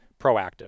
proactive